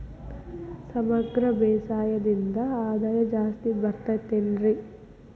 ಸಮಗ್ರ ಬೇಸಾಯದಿಂದ ಆದಾಯ ಜಾಸ್ತಿ ಬರತೈತೇನ್ರಿ?